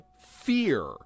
Fear